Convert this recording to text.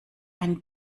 ein